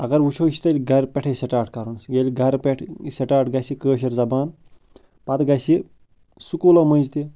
اگر وٕچھَو یہِ چھُ تیٚلہِ گر پیٹھے سِٹارٹ کَرُن ییٛلہِ گَر پٮ۪ٹھ یہِ سِٹارٹ گَژھِ کٲشِر زبان پتہٕ گَسہِ یہِ سُکوٗلو مٔنٛزۍ تہِ